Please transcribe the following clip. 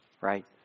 Right